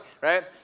right